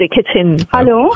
Hello